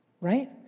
right